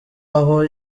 aho